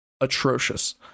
atrocious